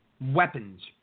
weapons